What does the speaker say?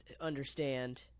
understand